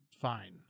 fine